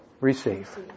Receive